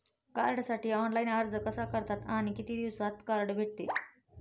कार्डसाठी ऑनलाइन अर्ज कसा करतात आणि किती दिवसांत कार्ड भेटते?